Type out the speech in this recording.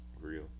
real